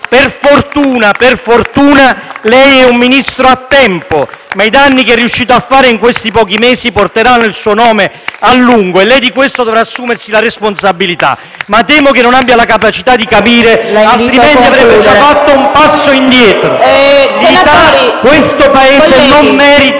Gruppo M5S).* Per fortuna, lei è un Ministro a tempo, ma i danni che è riuscito a fare in questi pochi mesi porteranno il suo nome a lungo e lei di questo dovrà assumersi la responsabilità, ma temo che non abbia la capacità di capire, altrimenti avrebbe già fatto un passo indietro.